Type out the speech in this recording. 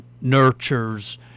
nurtures